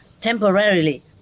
temporarily